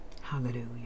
Hallelujah